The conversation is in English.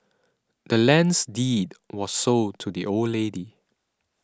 the land's deed was sold to the old lady